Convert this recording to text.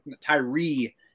Tyree